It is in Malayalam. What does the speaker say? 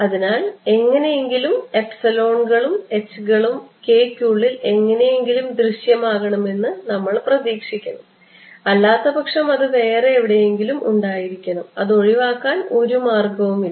അതിനാൽ എങ്ങനെയെങ്കിലും കളും കളും യ്ക്കുള്ളിൽ എങ്ങനെയെങ്കിലും ദൃശ്യമാകുമെന്ന് നമ്മൾ പ്രതീക്ഷിക്കണം അല്ലാത്തപക്ഷം അത് വേറെ എവിടെയെങ്കിലും ഉണ്ടായിരിക്കണം അതൊഴിവാക്കാൻ ഒരു മാർഗ്ഗവുമില്ല